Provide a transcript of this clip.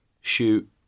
shoot